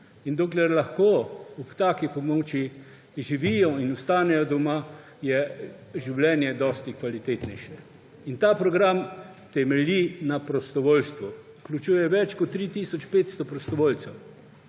In dokler lahko ob taki pomoči živijo in ostanejo doma, je življenje dosti kvalitetnejše. Ta program temelji na prostovoljstvu. Vključuje več kot 3 tisoč 500 prostovoljcev.